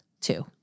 two